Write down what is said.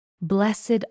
Blessed